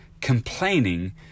complaining